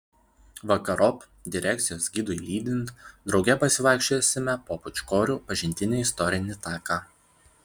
vakarop direkcijos gidui lydint drauge pasivaikščiosime po pūčkorių pažintinį istorinį taką